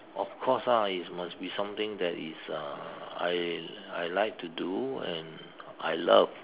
of course ah it must be something that is uh I I like to do and I love